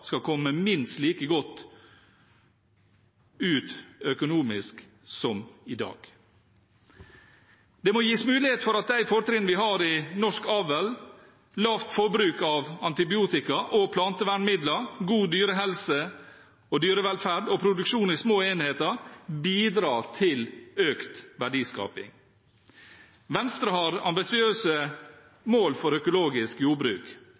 skal komme minst like godt ut økonomisk som i dag. Det må gis mulighet for at de fortrinn vi har i norsk avl, lavt forbruk av antibiotika og plantevernmidler, god dyrehelse og dyrevelferd og produksjon i små enheter, bidrar til økt verdiskaping. Venstre har ambisiøse mål for økologisk jordbruk,